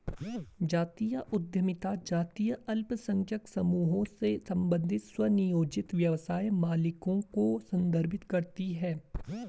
जातीय उद्यमिता जातीय अल्पसंख्यक समूहों से संबंधित स्वनियोजित व्यवसाय मालिकों को संदर्भित करती है